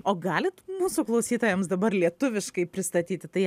o galit mūsų klausytojams dabar lietuviškai pristatyti tai